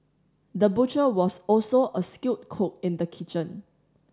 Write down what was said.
the butcher was also a skilled cook in the kitchen